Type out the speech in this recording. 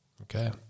Okay